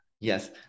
Yes